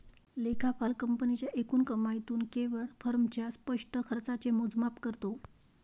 लेखापाल कंपनीच्या एकूण कमाईतून केवळ फर्मच्या स्पष्ट खर्चाचे मोजमाप करतो